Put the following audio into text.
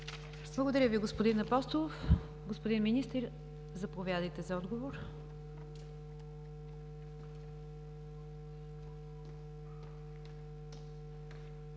Благодаря Ви, господин Апостолов. Господин Министър, заповядайте за отговор.